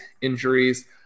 injuries